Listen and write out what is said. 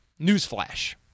Newsflash